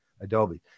Adobe